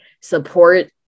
support